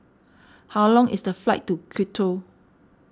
how long is the flight to Quito